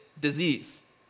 disease